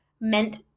meant